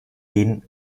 denen